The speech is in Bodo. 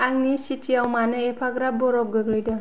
आंनि सिटि याव मानो एफाग्राब बरफ गोग्लैदों